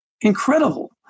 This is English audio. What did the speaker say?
incredible